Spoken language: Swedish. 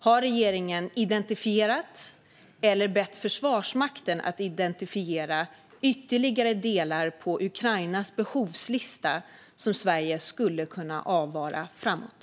Har regeringen identifierat eller bett Försvarsmakten att identifiera ytterligare delar på Ukrainas behovslista som Sverige skulle kunna avvara framåt?